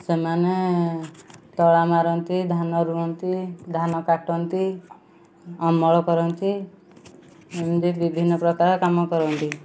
ସେମାନେ ତଳା ମାରନ୍ତି ଧାନ ରୁଅନ୍ତି ଧାନ କାଟନ୍ତି ଅମଳ କରନ୍ତି ଏମିତି ବିଭିନ୍ନ ପ୍ରକାର କାମ କରନ୍ତି